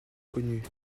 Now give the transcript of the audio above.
connues